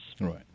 Right